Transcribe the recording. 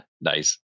nice